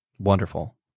Wonderful